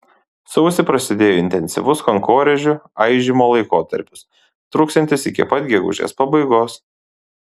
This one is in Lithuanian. sausį prasidėjo intensyvus kankorėžių aižymo laikotarpis truksiantis iki pat gegužės pabaigos